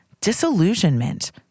disillusionment